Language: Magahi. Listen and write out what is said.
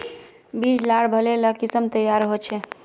बीज लार भले ला किसम तैयार होछे